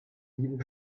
sieben